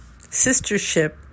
sistership